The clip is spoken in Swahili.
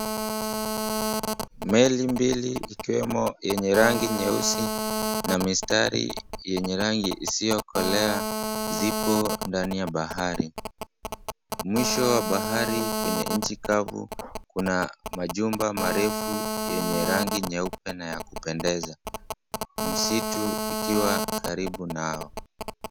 Meli mbili, ikiwemo yenye rangi nyeusi na mistari yenye rangi isiyokolea, zipo ndani ya bahari. Mwisho wa bahari, kwenye nchi kavu, kuna majumba marefu yenye rangi nyeupe na ya kupendeza, msitu ikiwa karibu nao.